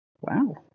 Wow